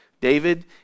David